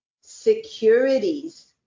securities